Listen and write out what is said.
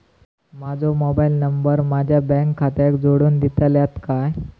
माजो mobile number माझ्या bank खात्याक जोडून दितल्यात काय?